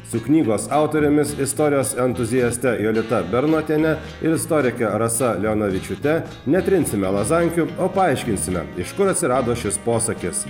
su knygos autorėmis istorijos entuziaste jolita bernotiene ir istorike rasa leonavičiūte netrinsime lazankių o paaiškinsime iš kur atsirado šis posakis